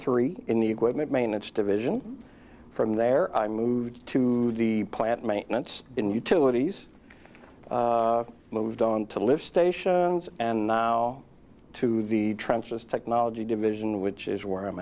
three in the equipment maintenance division from there i moved to the plant maintenance in utilities moved on to lift station and to the trenches technology division which is where i'm